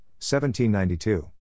1792